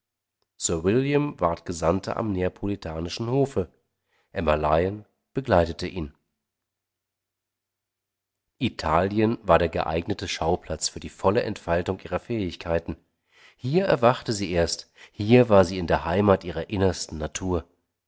sir william ward gesandter am neapolitanischen hofe emma lyon begleitete ihn italien war der geeignete schauplatz für die volle entfaltung ihrer fähigkeiten hier erwachte sie erst hier war sie in der heimat ihrer innersten natur